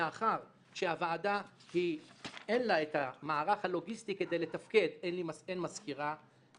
מאחר שלוועדה אין את המערך הלוגיסטי כדי לתפקד אין מזכירה,